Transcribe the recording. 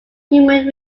human